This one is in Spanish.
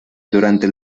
durante